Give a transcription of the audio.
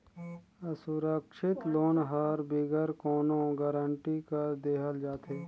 असुरक्छित लोन हर बिगर कोनो गरंटी कर देहल जाथे